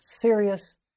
serious